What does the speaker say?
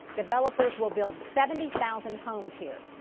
developers will build seventy thousand homes here.